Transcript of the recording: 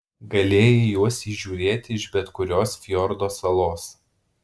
galėjai juos įžiūrėti iš bet kurios fjordo salos